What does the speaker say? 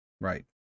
Right